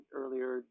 earlier